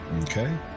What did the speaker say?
Okay